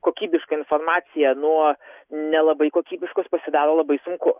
kokybišką informaciją nuo nelabai kokybiškos pasidaro labai sunku